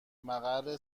مقر